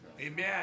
Amen